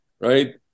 right